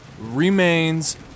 remains